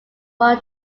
one